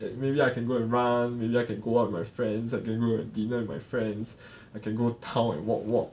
maybe I can go and run maybe I can go out with my friends I can go and dinner with my friends I can go town and walk walk